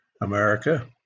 America